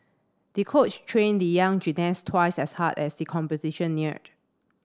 the coach trained the young gymnast twice as hard as the competition neared